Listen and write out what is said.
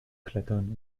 klettern